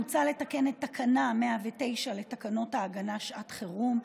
מוצע לתקן את תקנה 109 לתקנות ההגנה (שעת חירום),